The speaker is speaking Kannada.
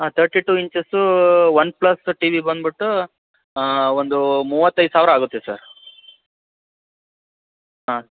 ಹಾಂ thirty two inches OnePlus T V ಬಂದ್ಬಿಟ್ಟು ಒಂದು ಮೂವತ್ತೈದು ಸಾವಿರ ಆಗುತ್ತೆ ಸರ್ ಹಾಂ